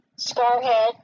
Scarhead